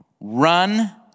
run